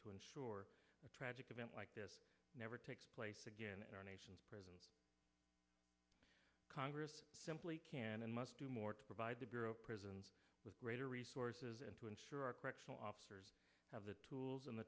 to ensure a tragic event like this never takes place again in our nation's prisons congress simply can and must do more to provide the bureau of prisons with greater resources and to ensure our correctional officers have the tools and the